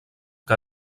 que